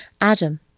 Adam